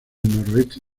noroeste